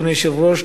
אדוני היושב-ראש,